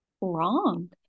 wrong